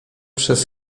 przez